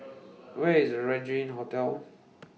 Where IS Regin Hotel